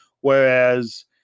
whereas